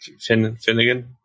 Finnegan